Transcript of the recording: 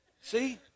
See